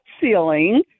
ceiling